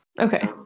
okay